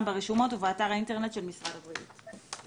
ברשומות ובאתר האינטרנט של משרד הבריאות.".